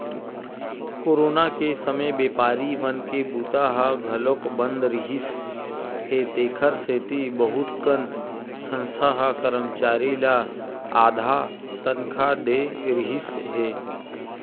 corona के समे बेपारी मन के बूता ह घलोक बंद रिहिस हे तेखर सेती बहुत कन संस्था ह करमचारी ल आधा तनखा दे रिहिस हे